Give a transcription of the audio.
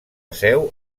seu